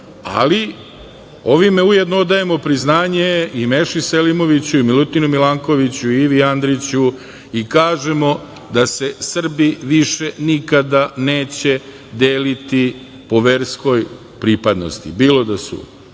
ali ovim ujedno odajemo priznanje i Meši Selimoviću, i Milutinu Milankoviću, i Ivi Andriću i kažemo da se Srbi više nikada neće deliti po verskoj pripadnosti, bilo da su